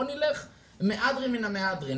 בוא נלך על המהדרין מן המהדרין.